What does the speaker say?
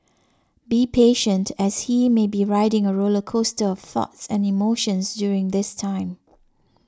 be patient as he may be riding a roller coaster of thoughts and emotions during this time